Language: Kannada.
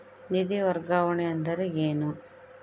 ನಿಧಿ ವರ್ಗಾವಣೆ ಅಂದರೆ ಏನು?